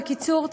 בקיצור.